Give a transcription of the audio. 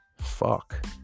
fuck